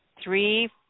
Three